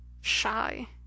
Shy